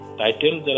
title